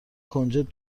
کنجد